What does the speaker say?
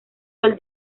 del